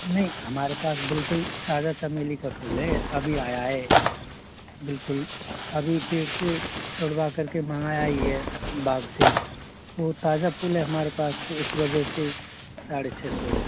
नहीं हमारे पास बिलकुल ताज़ा चमेली का फूल है अभी आया है बिलकुल अभी पेड़ से तुड़वा करके मंगाया ही है बाग से तो ताज़ा फूल है हमारे पास तो इस वजह से साढ़े छ सौ है